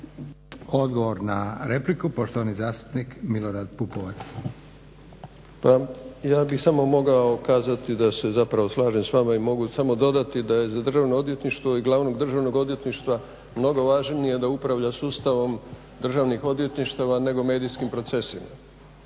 Odgovor na repliku, poštovani zastupnik Milorad Pupovac. **Pupovac, Milorad (SDSS)** Pa ja bih samo mogao kazati da se zapravo slažem sa vama i mogu samo dodati da je za Državno odvjetništvo i glavnog Državnog odvjetništva mnogo važnije da upravlja sustavom državnih odvjetništava nego medijskim procesima.